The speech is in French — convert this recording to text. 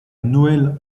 noël